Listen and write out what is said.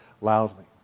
loudly